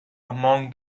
among